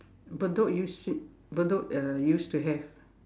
Bedok used it Bedok uh used to have